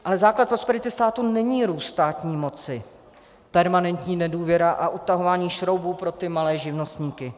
Ale základem prosperity státu není růst státní moci, permanentní nedůvěra a utahování šroubů pro malé živnostníky.